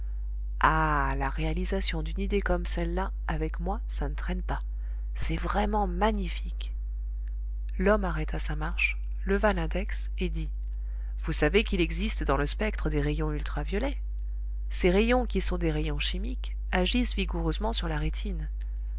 ah la réalisation d'une idée comme celle-là avec moi ça ne traîne pas c'est vraiment magnifique l'homme arrêta sa marche leva l'index et dit vous savez qu'il existe dans le spectre des rayons ultraviolets ces rayons qui sont des rayons chimiques agissent vigoureusement sur la rétine